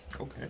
okay